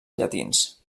llatins